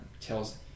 tells